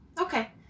Okay